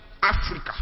Africa